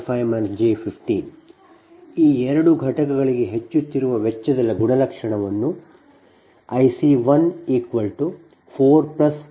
5 j15 ಈ ಎರಡು ಘಟಕಗಳಿಗೆ ಹೆಚ್ಚುತ್ತಿರುವ ವೆಚ್ಚದ ಗುಣಲಕ್ಷಣವನ್ನು IC 1 4 0